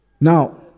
Now